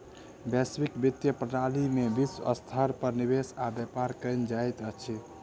वैश्विक वित्तीय प्रणाली में विश्व स्तर पर निवेश आ व्यापार कयल जाइत अछि